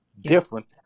different